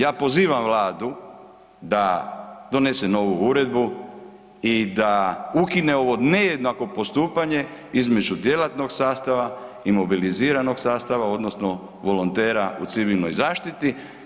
Ja pozivam Vladu da donese novu uredbu i da ukine ovo nejednako postupanje između djelatnog sastava i mobiliziranog sastava odnosno volontera u civilnoj zaštiti.